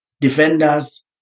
defenders